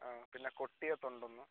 ആ പിന്നെ കൊട്ടിയത്തുണ്ട് ഒന്ന്